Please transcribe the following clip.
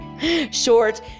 Short